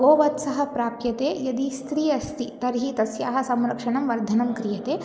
गोवत्सः प्राप्यते यदि स्त्री अस्ति तर्हि तस्याः संरक्षणं वर्धनं क्रियते